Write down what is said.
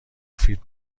مفید